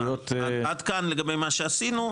עד כאן לגבי מה שעשינו.